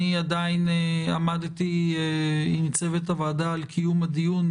אני עדיין עמדתי עם צוות הוועדה על קיום הדיון,